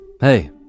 hey